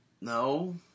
No